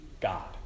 God